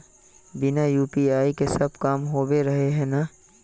बिना यु.पी.आई के सब काम होबे रहे है ना?